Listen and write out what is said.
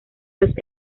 los